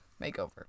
makeover